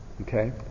Okay